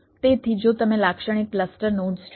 તેથી જો તમે લાક્ષણિક ક્લસ્ટર નોડ્સ જુઓ